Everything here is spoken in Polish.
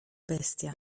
bestia